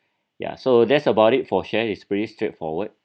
ya so that's about it for share it's pretty straightforward